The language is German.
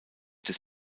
des